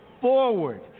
forward